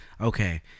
okay